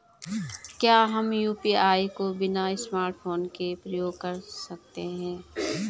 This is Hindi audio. क्या हम यु.पी.आई को बिना स्मार्टफ़ोन के प्रयोग कर सकते हैं?